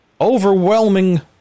overwhelming